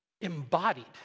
Embodied